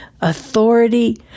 authority